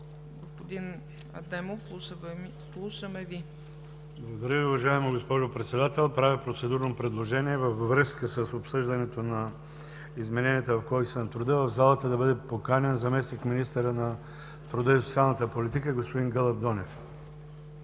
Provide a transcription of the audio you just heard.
Господин Адемов, слушаме Ви.